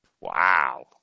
Wow